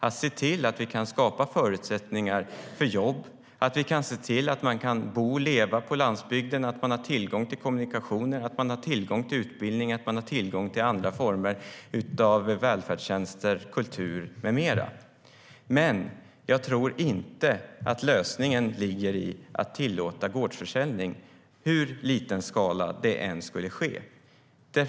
Vi kan se till att skapa förutsättningar för jobb. Vi kan se till att man kan bo och leva på landsbygden och att man har tillgång till kommunikationer, till utbildning och till andra former av välfärdstjänster, kultur med mera. Men jag tror inte att lösningen ligger i att tillåta gårdsförsäljning, i hur liten skala det än skulle ske.